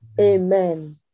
Amen